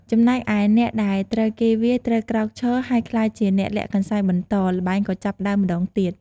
ចំណែកឯ អ្នកដែលត្រូវគេវាយត្រូវក្រោកឈរ ហើយក្លាយជាអ្នកលាក់កន្សែងបន្ត ល្បែងក៏ចាប់ផ្តើមម្តងទៀត។